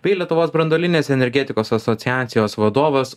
bei lietuvos branduolinės energetikos asociacijos vadovas